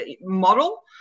model